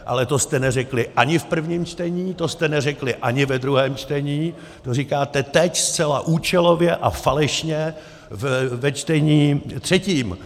Ale to jste neřekli ani v prvním čtení, to jste neřekli ani ve druhém čtení, to říkáte teď, zcela účelově a falešně ve čtení třetím!